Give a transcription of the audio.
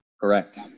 Correct